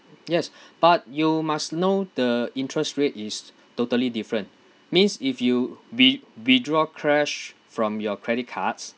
yes but you must know the interest rate is totally different means if you wi~ withdraw cash from your credit cards